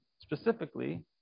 Specifically